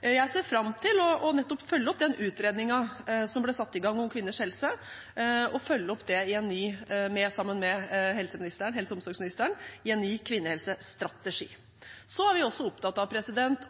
Jeg ser fram til å følge opp den utredningen som ble satt i gang om kvinners helse, og å følge opp det sammen med helse- og omsorgsministeren i en ny kvinnehelsestrategi. Vi er også opptatt av